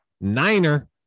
niner